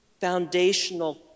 foundational